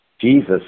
Jesus